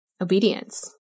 obedience